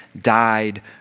died